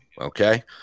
Okay